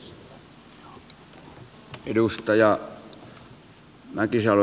arvoisa puhemies